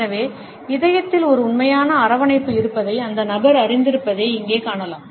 எனவே இதயத்தில் ஒரு உண்மையான அரவணைப்பு இருப்பதை அந்த நபர் அறிந்திருப்பதை இங்கே காணலாம்